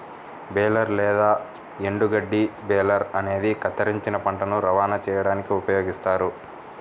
baler లేదా ఎండుగడ్డి baler అనేది కత్తిరించిన పంటను రవాణా చేయడానికి ఉపయోగిస్తారు